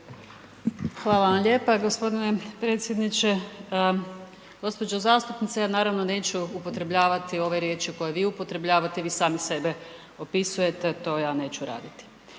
Hvala vam lijepo gospodine predsjedniče. Gospođa zastupnice, ja naravno neću upotrebljavati, ove riječi koje vi upotrebljavate, vi sami sebe opisujete, to ja neću raditi.